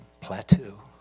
plateau